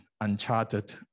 uncharted